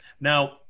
Now